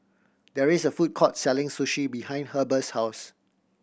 there is a food court selling Sushi behind Heber's house